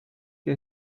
que